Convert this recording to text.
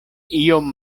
iom